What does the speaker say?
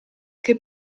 che